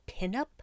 pinup